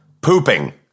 Pooping